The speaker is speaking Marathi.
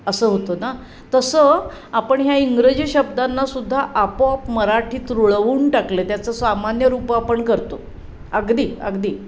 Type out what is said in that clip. असं होतं ना तसं आपण ह्या इंग्रजी शब्दांनासुद्धा आपोआप मराठीत रुळवून टाकलं त्याचं सामान्य रूप आपण करतो अगदी अगदी